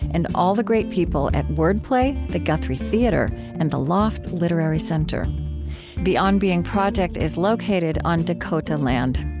and all the great people at wordplay, the guthrie theater, and the loft literary center the on being project is located on dakota land.